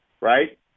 Right